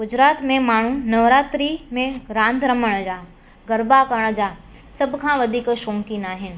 गुजरात में माण्हू नवरात्री में रांदि रमण जा गरबा करण जा सभु खां वधीक शौक़ीन आहिनि